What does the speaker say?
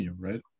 right